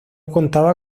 contaba